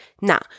now